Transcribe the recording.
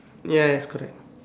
yes correct